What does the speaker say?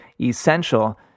essential